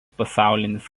pasaulinis